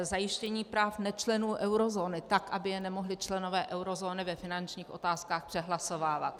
Zajištění práv nečlenů eurozóny tak, aby je nemohli členové eurozóny ve finančních otázkách přehlasovávat.